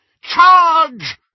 Charge